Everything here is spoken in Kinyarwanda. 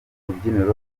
rubyiniriro